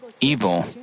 evil